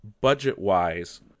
budget-wise